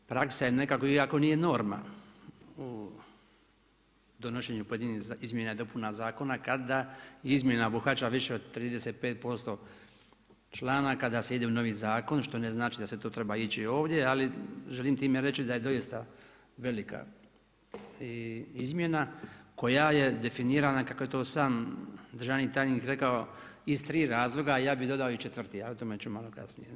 Praksa je nekako, iako nije norma u donošenju pojedinih izmjena i dopuna zakona kada izmjena obuhvaća više od 35% članaka da se ide u novi zakon što ne znači da se to treba ići ovdje ali želim time reći da je doista velika izmjena koja je definirana kako je to sam državni tajnik rekao iz tri razloga a ja bih dodao i četvrti a o tome ću malo kasnije.